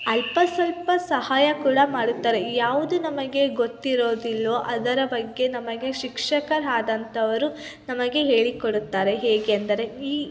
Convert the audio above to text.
ಅಲ್ಪ ಸ್ವಲ್ಪ ಸಹಾಯ ಕೂಡ ಮಾಡುತ್ತಾರೆ ಯಾವುದು ನಮಗೆ ಗೊತ್ತಿರೋದಿಲ್ಲವೋ ಅದರ ಬಗ್ಗೆ ನಮಗೆ ಶಿಕ್ಷಕರು ಆದಂಥವರು ನಮಗೆ ಹೇಳಿಕೊಡುತ್ತಾರೆ ಹೇಗೆಂದರೆ ಈ